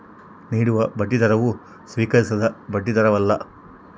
ನೀಡುವ ಬಡ್ಡಿದರವು ಸ್ವೀಕರಿಸಿದ ಬಡ್ಡಿದರವಲ್ಲ